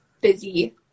busy